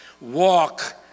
walk